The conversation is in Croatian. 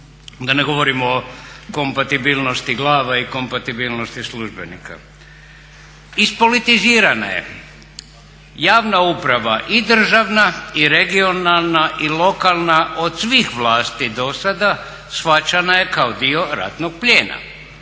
da ne govorim o kompatibilnosti glava i kompatibilnosti službenika. Ispolitizirana je. Javna uprava i državna i regionalna i lokalna od svih vlasti do sada shvaćana je kao dio ratnog plijena.